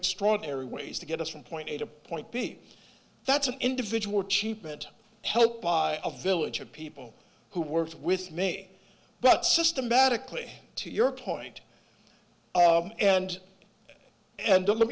extraordinary ways to get us from point a to point b that's an individual cheap and helped by a village of people who worked with me but systematically to your point and and don let